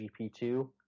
GP2